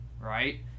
right